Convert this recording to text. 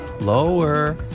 Lower